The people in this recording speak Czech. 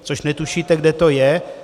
Což netušíte, kde to je.